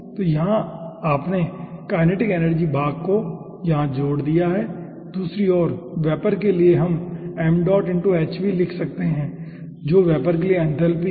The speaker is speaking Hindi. तो यहाँ आपने काइनेटिक एनर्जी भाग को यहाँ जोड़ दिया है ठीक है और दूसरी ओर वेपर के लिए हम लिख सकते हैं जो वेपर के लिए एन्थैल्पी है